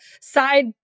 side